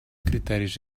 criteris